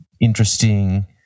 interesting